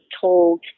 told